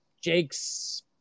Jake's